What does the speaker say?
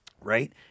Right